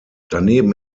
daneben